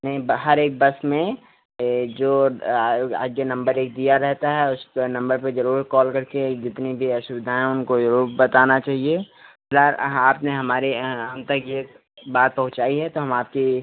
नहीं बाहर एक बस में यह जो जो नंबर एक दिया रहता है उसके नंबर पर ज़रूर कॉल करके जितनी भी असुविधाएँ हों उनको ज़रूर बताना चहिए फ़िलहाल हाँ आपने हमारे हम तक यह बात पहुँचाई है तो हम आपकी